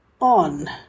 on